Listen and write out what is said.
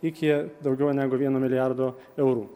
iki daugiau negu vieno milijardo eurų